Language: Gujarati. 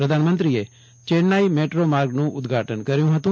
પ્રધાનમંત્રી ચેન્નાઇ મેટ્રો માર્ગનું ઉદ્દઘાટન કર્યુ ફતું